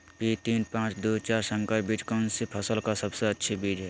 P तीन पांच दू चार संकर बीज कौन सी फसल का सबसे अच्छी बीज है?